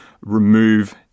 remove